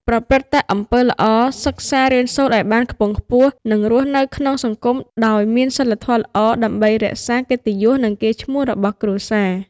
ប្រព្រឹត្តតែអំពើល្អ សិក្សារៀនសូត្រឱ្យបានខ្ពង់ខ្ពស់ និងរស់នៅក្នុងសង្គមដោយមានសីលធម៌ល្អ ដើម្បីរក្សាកិត្តិយស និងកេរ្តិ៍ឈ្មោះរបស់គ្រួសារ។